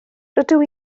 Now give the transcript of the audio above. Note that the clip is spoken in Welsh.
rydw